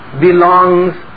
belongs